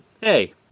hey